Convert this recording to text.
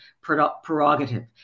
prerogative